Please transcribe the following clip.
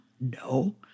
No